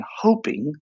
hoping